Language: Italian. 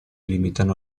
limitano